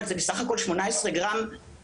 אבל זה בסך הכול 18 גרם קנביס,